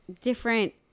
different